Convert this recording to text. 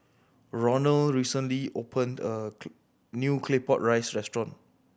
Ronal recently opened a new Claypot Rice restaurant